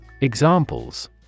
Examples